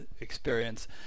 experience